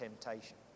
temptation